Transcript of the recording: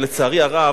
לצערי הרב,